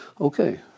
Okay